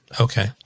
Okay